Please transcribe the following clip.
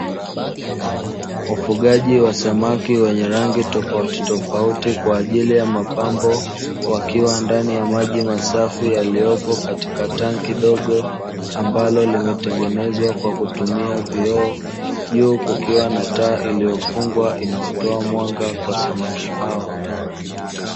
Ufugaji wa samaki wenye rangi tofautitofauti kwa ajili ya mapambo, wakiwa ndani ya maji masafi yalioko katika tangi dogo, ambalo limetengenezwa kwa kutumia vioo, juu kukiwa na taa iliyofungwa inayotoa mwanga kwa samaki hao.